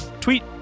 tweet